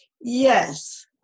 Yes